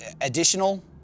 additional